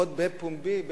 לפחות בפומבי,